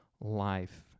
life